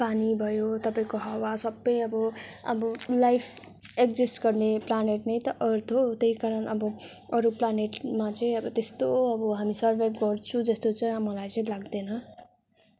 पानी भयो तपाईँको हावा सबै अब अब लाइफ एक्जिस्ट गर्ने प्लानेट नै त अर्थ हो त्यही कारण अब अरू प्लानेटमा चाहिँ अब त्यस्तो अब हामी सरभाइब गर्छु जस्तो चैँ मलाई लाग्दैन